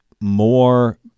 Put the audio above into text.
more